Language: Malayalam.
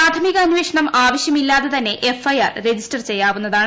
പ്രാഥമിക അന്വേഷണം ആവശ്യമില്ലാതെ തന്നെ എഫ്ഐആർ രജിസ്റ്റർ ചെയ്യാവുന്നതാണ്